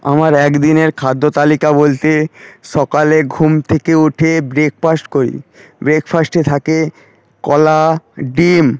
আমার একদিনের খাদ্য তালিকা বলতে সকালে ঘুম থেকে উঠে ব্রেকফাস্ট করি ব্রেকফাস্টে থাকে কলা ডিম